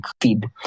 feed